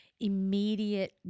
immediate